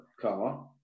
car